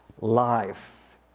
life